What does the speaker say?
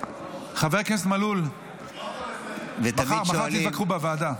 חבר הכנסת מלול, מחר, מחר תתווכחו בוועדה.